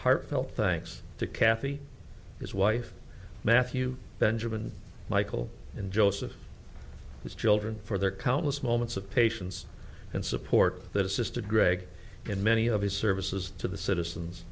heartfelt thanks to cathy his wife mathew benjamin michael and joseph his children for their countless moments of patience and support that assisted greg in many of his services to the citizens